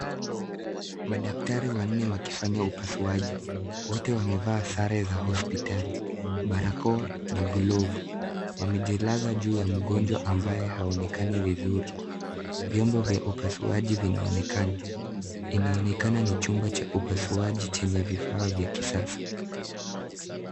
Madaktari wanne wakifanya upasuaji. Wote wamevaa sare za hospitali barakoa na glovu .Waemjilaza juu ya mgonjwa ambaye haonekani vizuri. Vyombo vya upasuaji vinaonekana. Inaonekana ni chumba cha upasuaji chenye vifaa vya kisasa.